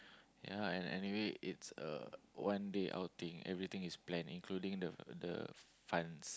ya and anyway it's a one day outing everything is planned including the the funds